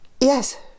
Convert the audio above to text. yes